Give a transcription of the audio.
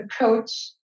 approach